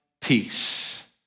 Peace